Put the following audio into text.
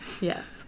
Yes